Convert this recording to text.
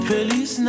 Feliz